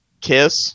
Kiss